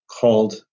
called